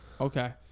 Okay